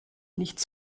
nichts